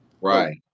Right